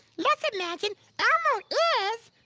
let's imagine elmo is,